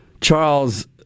Charles